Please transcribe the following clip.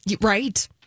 Right